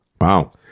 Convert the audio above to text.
Wow